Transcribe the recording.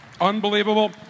unbelievable